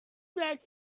black